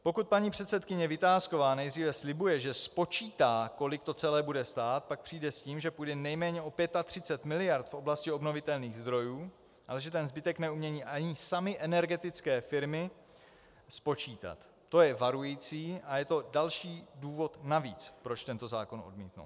Pokud paní předsedkyně Vitásková nejdříve slibuje, že spočítá, kolik to celé bude stát, pak přijde s tím, že půjde nejméně o 35 mld. v oblasti obnovitelných zdrojů, ale že ten zbytek neumějí ani samy energetické firmy spočítat, to je varující a je to další důvod navíc, proč tento zákon odmítnout.